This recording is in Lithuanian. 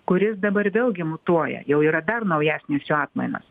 kuris dabar vėlgi mutuoja jau yra dar naujesnės jo atmainos